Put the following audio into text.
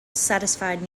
satisfied